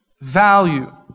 value